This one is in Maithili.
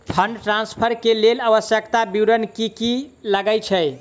फंड ट्रान्सफर केँ लेल आवश्यक विवरण की की लागै छै?